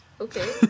okay